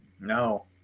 No